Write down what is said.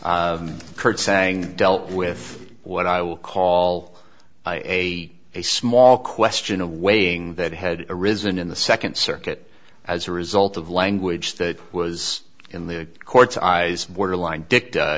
curtseying dealt with what i will call a a small question of weighing that head arisen in the second circuit as a result of language that was in the court's eyes borderline dicked